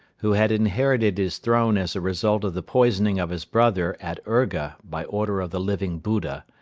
who had inherited his throne as a result of the poisoning of his brother at urga by order of the living buddha,